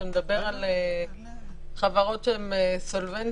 שמדבר על חברות שהן סולבנטיות.